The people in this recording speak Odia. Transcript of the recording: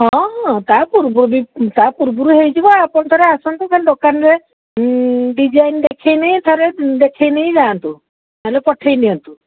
ହଁ ହଁ ତା ପୂର୍ବରୁ ଦୁଇ ତା ପୂର୍ବରୁ ହେଇଯିବ ଆପଣ ଥରେ ଆସନ୍ତୁ ଖାଲି ଦୋକାନରେ ଡିଜାଇନ୍ ଦେଖାଇ ନେଇ ଥରେ ଦେଖାଇ ନେଇ ଯାଆନ୍ତୁ ନହେଲେ ପଠାଇ ଦିଅନ୍ତୁ